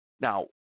Now